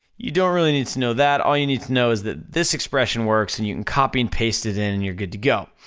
you don't really need to know that, all you need to know is that, this expression works, and you can copy and paste it in, and you're good to go.